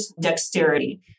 dexterity